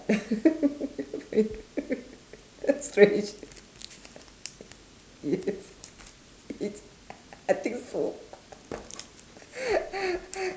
that's strange yes yes I think so